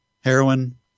Heroin